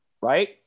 right